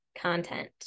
content